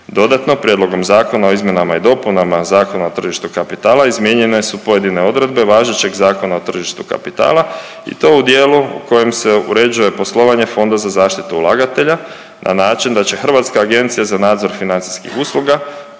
Dodatno prijedlogom zakona o izmjenama i dopunama Zakona o tržištu kapitala izmijenjen su pojedine odredbe važećeg Zakona o tržištu kapitala i to u dijelu u kojem se uređuje poslovanje Fonda za zaštitu ulagatelja na način da će Hrvatska agencija za nadzor financijskih usluga